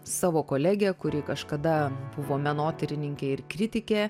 savo kolegę kuri kažkada buvo menotyrininkė ir kritikė